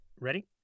Ready